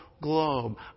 globe